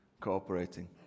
cooperating